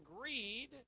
greed